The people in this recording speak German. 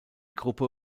gruppe